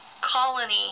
colony